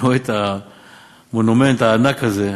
אני רואה את המונומנט הענק הזה,